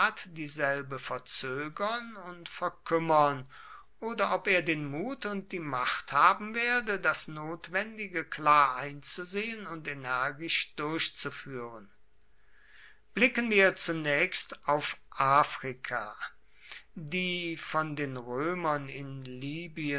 dieselbe verzögern und verkümmern oder ob er den mut und die macht haben werde das notwendige klar einzusehen und energisch durchzuführen blicken wir zunächst auf afrika die von den römern in libyen